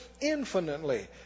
infinitely